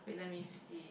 wait let me see